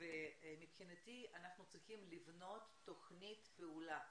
ומבחינתי אנחנו צריכים לבנות תכנית פעולה,